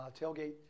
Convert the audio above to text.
tailgate